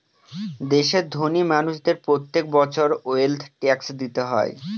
দেশের ধোনি মানুষদের প্রত্যেক বছর ওয়েলথ ট্যাক্স দিতে হয়